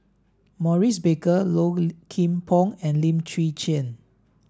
Maurice Baker Low Kim Pong and Lim Chwee Chian